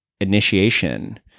initiation